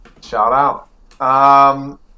Shout-out